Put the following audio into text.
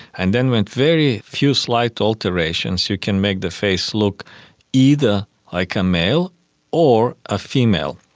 and then with very few slight alterations you can make the face look either like a male or a female.